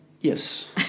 yes